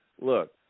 Look